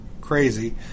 crazy